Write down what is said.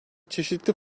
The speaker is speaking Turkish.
çeşitli